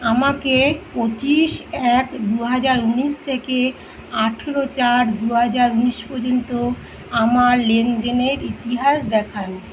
আমাকে পঁচিশ এক দুহাজার উনিশ থেকে আঠেরো চার দুহাজার উনিশ পর্যন্ত আমার লেনদেনের ইতিহাস দেখান